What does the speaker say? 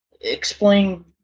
explain